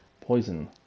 Poison